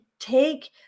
take